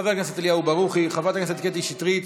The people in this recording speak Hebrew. חבר הכנסת אליהו ברוכי, חברת הכנסת קטי שטרית,